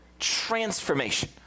transformation